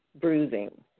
bruising